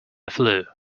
flew